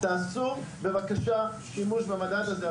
תעשו בבקשה שימוש במדד הזה,